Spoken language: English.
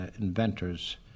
inventors